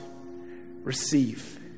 receive